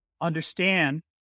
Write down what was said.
understand